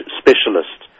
specialist